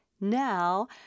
Now